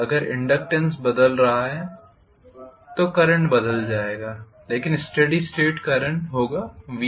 अगर इनडक्टेन्स बदल रहा है करंट बदल जाएगा लेकिन स्टेडी स्टेट करंट होगा VR